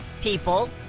people